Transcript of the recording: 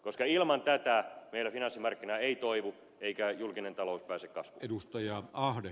koska ilman tätä meidän finanssimarkkinamme ei toivu eikä julkinen talous pääse kasvuun